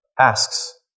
asks